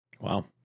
Wow